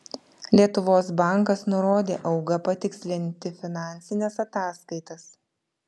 lietuvos bankas nurodė auga patikslinti finansines ataskaitas